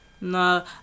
No